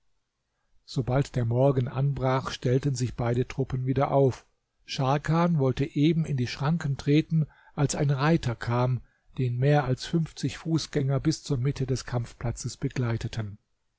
sobald der morgen anbrach stellten sich beide truppen wieder auf scharkan wollte eben in die schranken treten als ein reiter kam den mehr als fünfzig fußgänger bis zur mitte des kampfplatzes begleiteten